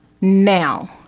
now